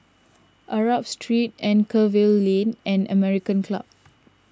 Arab Street Anchorvale Lane and American Club